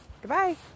Goodbye